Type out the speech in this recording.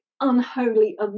unholy